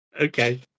Okay